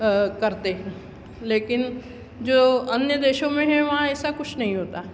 करते हैं लेकिन जो अन्य देशों में है वहाँ ऐसा कुछ नहीं होता